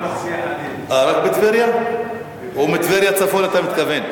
רק מטבריה, או מטבריה צפונה, אתה מתכוון?